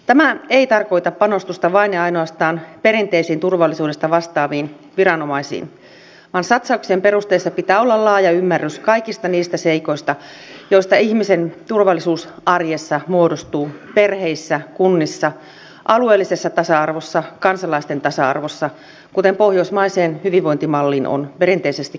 tämä ei tarkoita panostusta vain ja ainoastaan perinteisiin turvallisuudesta vastaaviin viranomaisiin vaan satsauksien perusteissa pitää olla laaja ymmärrys kaikista niistä seikoista joista ihmisen turvallisuus arjessa muodostuu perheissä kunnissa alueellisessa tasa arvossa kansalaisten tasa arvossa kuten pohjoismaiseen hyvinvointimalliin on perinteisesti kuulunut